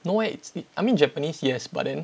no eh it's it I mean japanese yes but then